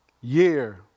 year